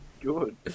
good